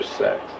sex